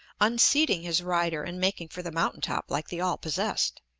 unseating his rider and making for the mountain-top like the all-possessed.